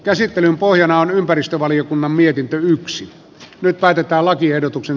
käsittelyn pohjana on ympäristövaliokunnan mietintö yksi mittari päälakiehdotuksen